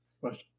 question